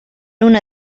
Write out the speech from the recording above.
una